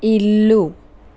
ఇల్లు